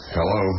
Hello